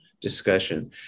discussion